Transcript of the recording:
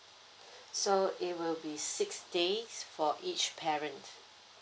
so it will be six days for each parent